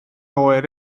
oer